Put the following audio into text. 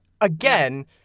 again